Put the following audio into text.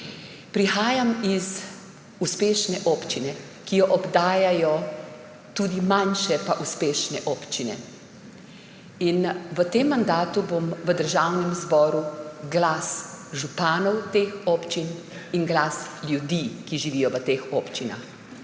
Prihajam iz uspešne občine, ki jo obdajajo tudi manjše pa uspešne občine, in v tem mandatu bom v Državnem zboru glas županov teh občin in glas ljudi, ki živijo v teh občinah.